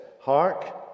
Hark